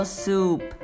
soup